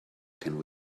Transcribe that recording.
can